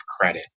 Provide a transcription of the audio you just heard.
credit